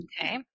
Okay